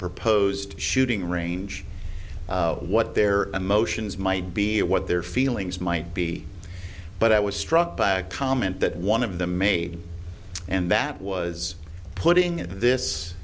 proposed shooting range what their emotions might be and what their feelings might be but i was struck by a comment that one of them made and that was putting it in this